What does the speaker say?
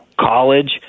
college